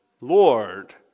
Lord